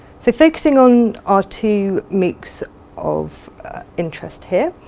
so focusing on our two moocs of interest here,